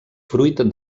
fruit